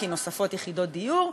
כי נוספות יחידות דיור.